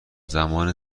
زمان